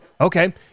Okay